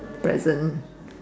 poison